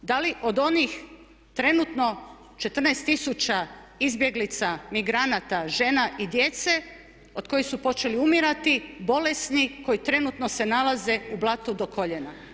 Da li od onih trenutno 14 tisuća izbjeglica, migranata, žena i djece od kojih su počeli umirati, bolesni, koji trenutno se nalaze u blatu do koljena?